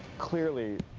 clearly,